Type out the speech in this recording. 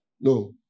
No